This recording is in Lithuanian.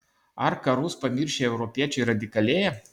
ar karus pamiršę europiečiai radikalėja